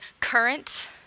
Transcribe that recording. current